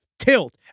tilt